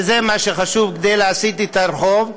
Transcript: וזה מה שחשוב כדי להסית את הרחוב,